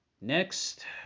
Next